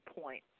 point